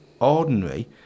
ordinary